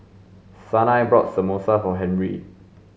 Sanai bought Samosa for Henri